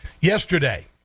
Yesterday